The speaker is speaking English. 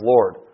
Lord